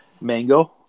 Mango